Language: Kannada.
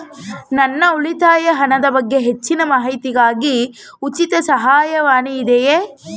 ನನ್ನ ಉಳಿತಾಯ ಹಣದ ಬಗ್ಗೆ ಹೆಚ್ಚಿನ ಮಾಹಿತಿಗಾಗಿ ಉಚಿತ ಸಹಾಯವಾಣಿ ಇದೆಯೇ?